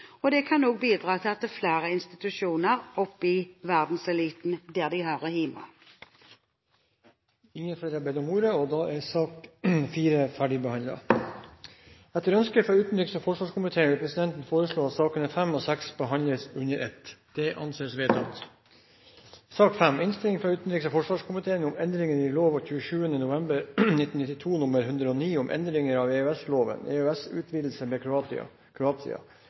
kan også bidra til å få flere institusjoner opp i verdenseliten, der de hører hjemme. Flere har ikke bedt om ordet til sak nr. 4. Etter ønske fra utenriks- og forsvarskomiteen vil presidenten foreslå at sakene nr. 5 og 6 behandles under ett. – Det anses vedtatt. Etter ønske fra utenriks- og forsvarskomiteen vil presidenten foreslå at taletiden blir begrenset til 5 minutter til hver partigruppe og 5 minutter til medlem av